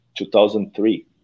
2003